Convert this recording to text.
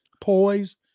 poise